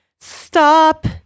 Stop